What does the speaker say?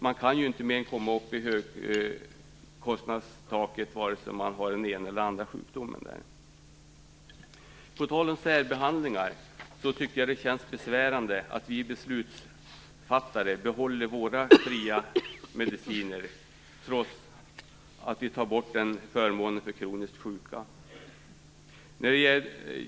Man kan ju inte mer än komma upp i högkostnadstaket, vare sig man har den ena eller andra sjukdomen. På tal om särbehandlingar, tycker jag det känns besvärande att vi beslutsfattare behåller våra fria mediciner trots att vi tar bort den förmånen för kroniskt sjuka.